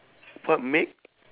what make